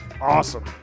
awesome